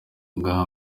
bwa